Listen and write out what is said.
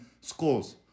schools